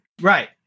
right